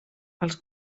els